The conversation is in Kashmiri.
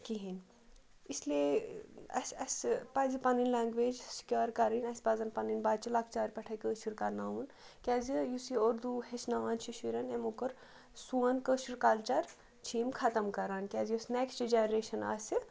کِہیٖنۍ اِسلیے اَسہِ اَسہِ پَزِ پَنٕنۍ لنٛگویج سِکیور کَرٕنۍ اَسہِ پَزَن پَنٕنۍ بَچہِ لۄکچار پٮ۪ٹھَے کٲشُر کَرناوُن کیٛازِ یُس یہِ اردوٗ ہیٚچھناوان چھِ شُرٮ۪ن یِمو کوٚر سون کٲشُر کَلچَر چھِ یِم ختم کَران کیٛازِ یُس نٮ۪کسٹ جَنٛریشَن آسہِ